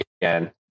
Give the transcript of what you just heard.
again